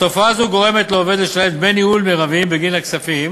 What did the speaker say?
התופעה הזאת גורמת לעובד לשלם דמי ניהול מרביים בגין הכספים